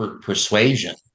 persuasion